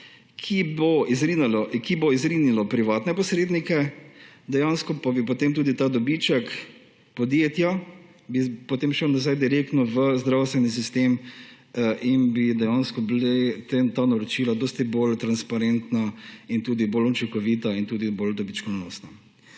ki bi izrinilo privatne posrednike, bi dejansko potem tudi ta dobiček podjetja šel nazaj direktno v zdravstveni sistem in bi dejansko bila ta naročila dosti bolj transparentna, učinkovita in tudi bolj dobičkonosna.